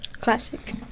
classic